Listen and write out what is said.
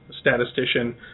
statistician